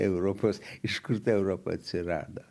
europos iš kur ta europa atsirado